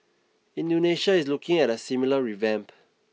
Indonesia is looking at a similar revamp